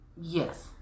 Yes